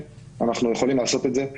אנחנו יכולים לעשות את זה.